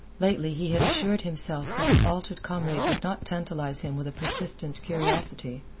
lately, he had assured himself that the altered comrade would not tantalize him with a persistent curiosity,